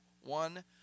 one